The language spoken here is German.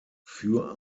für